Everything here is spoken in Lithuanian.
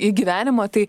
į gyvenimą tai